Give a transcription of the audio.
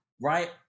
Right